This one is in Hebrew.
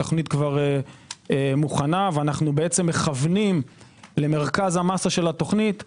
התוכנית מוכנה ואנו מכוונים למרכז המסה של התוכנית לתשפ"ד,